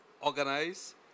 organize